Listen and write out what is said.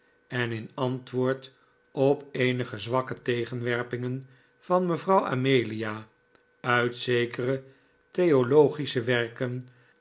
en in antwoord op eenige zwakke tegenwerpingen van mevrouw amelia uit zekere theologische werken